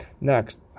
Next